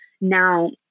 now